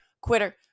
quitter